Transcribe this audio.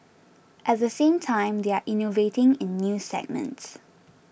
at the same time they are innovating in new segments